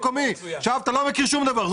אתה לא מכיר שום דבר.